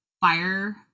fire